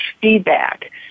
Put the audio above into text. feedback